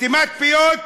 סתימת פיות.